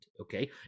okay